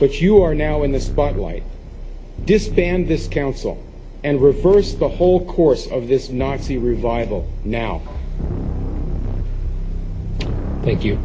but you are now in the spotlight disband this council and reverse the whole course of this nazi revival now thank you